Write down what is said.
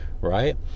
right